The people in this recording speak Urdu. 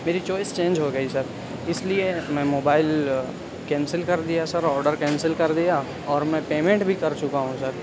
میری چوائس چینج ہوگئی سر اس لیے میں موبائل کینسل کر دیا سر آڈر کینسل کر دیا اور میں پیمینٹ بھی کر چکا ہوں سر